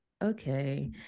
Okay